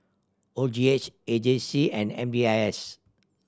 O G H A J C and M B I S